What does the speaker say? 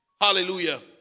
Hallelujah